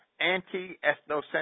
anti-ethnocentric